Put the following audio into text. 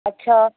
اچھا